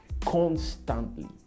Constantly